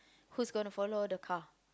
who's gonna follow the car